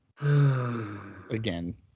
Again